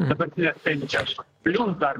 dabar prie pensijos plius dar